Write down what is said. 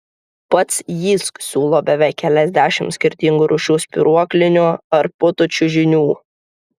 pats jysk siūlo beveik keliasdešimt skirtingų rūšių spyruoklinių ar putų čiužinių